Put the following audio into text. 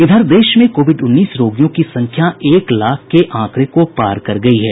इधर देश में कोविड उन्नीस रोगियों की संख्या एक लाख के आंकड़े को पार कर गयी है